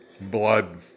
blood